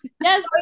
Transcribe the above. Yes